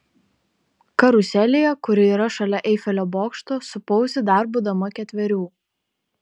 karuselėje kuri yra šalia eifelio bokšto supausi dar būdama ketverių